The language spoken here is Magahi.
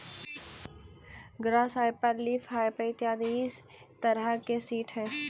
ग्रास हॉपर लीफहॉपर इत्यादि इ तरह के सीट हइ